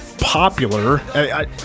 popular